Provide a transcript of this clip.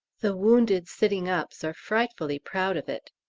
the wounded sitting-ups are frightfully proud of it.